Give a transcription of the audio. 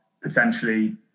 potentially